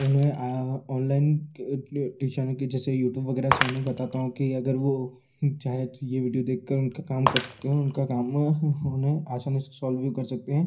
उन्हें online tuition कि जैसे यूट्यूब वगैरह से उन्हें बताता हूँ कि अगर वो चाहें तो ये वीडियो देखकर उनका काम कर सकते हैं और उनका काम होना आसानी से सॉल्व भी कर सकते हैं